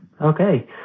Okay